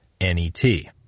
N-E-T